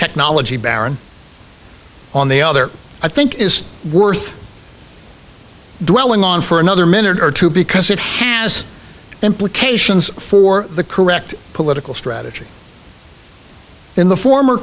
technology baron on the other i think is worth dwelling on for another minute or two because it has implications for the correct political strategy in the former